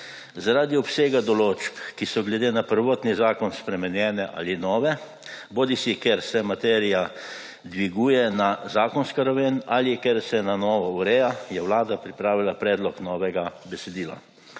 Zaradi obsega določb, ki so glede na prvotni zakon spremenjene ali nove, bodisi ker se materija dviguje na zakonsko raven ali ker se na novo ureja, je Vlada pripravila predlog novega besedila.